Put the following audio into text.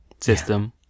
system